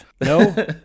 No